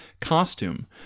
costume